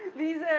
these